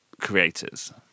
creators